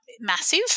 massive